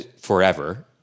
forever